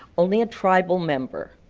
only a tribal member,